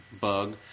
bug